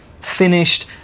finished